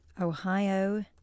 Ohio